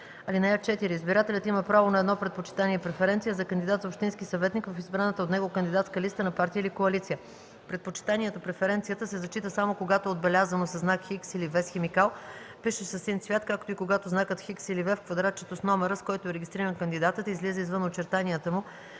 цвят. (4) Избирателят има право на едно предпочитание (преференция) за кандидат за общински съветник в избраната от него кандидатска листа на партия или коалиция. Предпочитанието (преференцията) се зачита, само когато е отбелязано със знак „Х” или „V”, с химикал, пишещ със син цвят, както и когато знакът „Х” или „V” в квадратчето с номера, с който е регистриран кандидатът, излиза извън очертанията му,